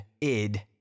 Id